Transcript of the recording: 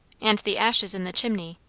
and the ashes in the chimney!